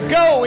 go